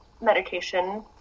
medication